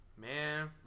Man